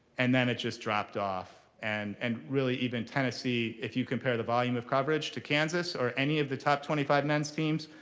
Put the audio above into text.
and then it just dropped off. and and really, even tennessee if you compare the volume of coverage to kansas or any of the top twenty five men's teams,